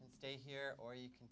can stay here or you can